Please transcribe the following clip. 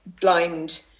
blind